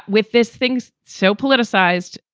with this thing's so politicized,